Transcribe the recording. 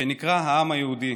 שנקרא העם היהודי,